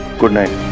good night!